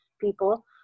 people